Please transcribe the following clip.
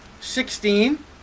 sixteen